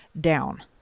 down